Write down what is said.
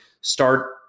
start